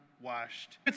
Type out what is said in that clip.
washed